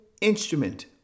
instrument